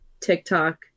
TikTok